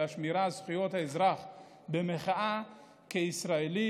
השמירה על זכויות האזרח במחאה כישראלים,